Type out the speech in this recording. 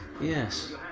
Yes